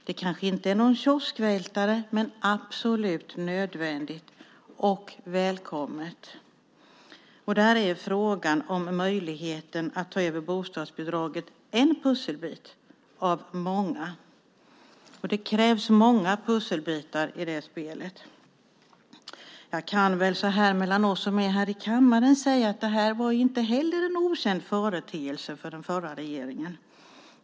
Det kanske inte är någon kioskvältare, men det är absolut nödvändigt och välkommet. Här är frågan om möjligheten att ta över bostadsbidraget en pusselbit av många som krävs. Jag kan väl så här oss här i kammaren emellan säga att detta inte heller var en okänd företeelse för den förra regeringen.